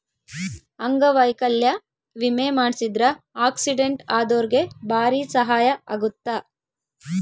ಅಂಗವೈಕಲ್ಯ ವಿಮೆ ಮಾಡ್ಸಿದ್ರ ಆಕ್ಸಿಡೆಂಟ್ ಅದೊರ್ಗೆ ಬಾರಿ ಸಹಾಯ ಅಗುತ್ತ